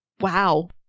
wow